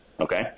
Okay